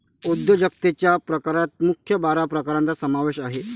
उद्योजकतेच्या प्रकारात मुख्य बारा प्रकारांचा समावेश आहे